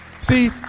See